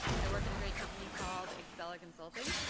i work at a great company called excella consulting.